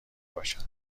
باشم